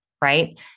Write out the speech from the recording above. right